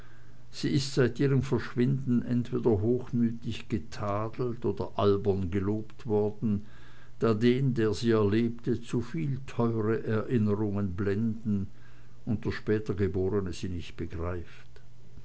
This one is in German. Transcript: sie ist seit ihrem verschwinden entweder hochmütig getadelt oder albern gelobt worden da den der sie erlebte zuviel teure erinnerungen blenden und der spätergeborene sie nicht begreift